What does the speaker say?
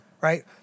right